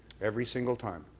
every single time.